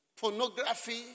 Pornography